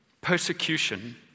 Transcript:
persecution